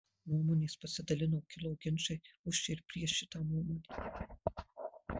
nuomonės pasidalino kilo ginčai už ir prieš šitą nuomonę